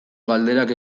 galderak